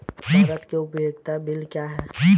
भारत में उपयोगिता बिल क्या हैं?